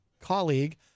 colleague